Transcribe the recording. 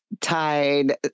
tide